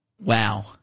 Wow